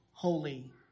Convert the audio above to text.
Holy